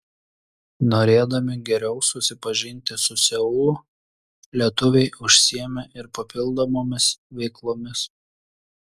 norėdami geriau susipažinti su seulu lietuviai užsiėmė ir papildomomis veiklomis